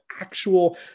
actual